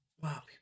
Wow